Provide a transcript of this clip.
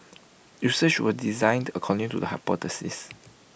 research was designed according to the hypothesis